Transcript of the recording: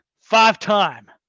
five-time